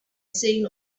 seen